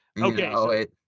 Okay